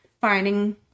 finding